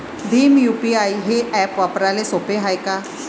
Bhim UPI हे app वापराले सोपे हाय का?